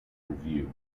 revue